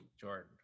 Jordan